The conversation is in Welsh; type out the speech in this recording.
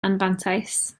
anfantais